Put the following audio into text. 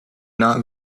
not